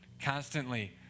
constantly